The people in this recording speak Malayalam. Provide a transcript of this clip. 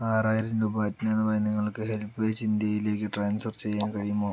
ആറായിരം രൂപ അജ്ഞാതമായി നിങ്ങൾക്ക് ഹെൽപ്പേജ് ഇന്ത്യയിലേക്ക് ട്രാൻസ്ഫർ ചെയ്യാൻ കഴിയുമോ